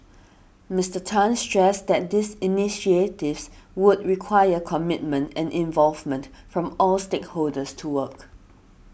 Mister Tan stressed that these initiatives would require commitment and involvement from all stakeholders to work